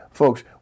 Folks